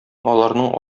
аларның